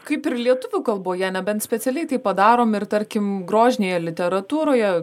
kaip ir lietuvių kalboje nebent specialiai tai padarom ir tarkim grožinėje literatūroje